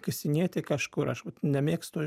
kasinėti kažkur aš nemėgstu